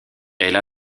elle